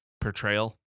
portrayal